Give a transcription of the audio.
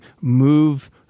move